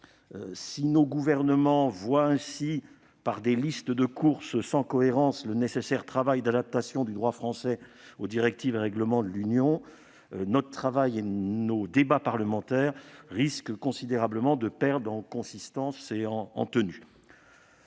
Si nos gouvernements traitent ainsi, par des listes de courses sans cohérence, le nécessaire travail d'adaptation du droit français aux directives et règlements de l'Union, notre travail et nos débats parlementaires perdront considérablement en consistance et en tenue.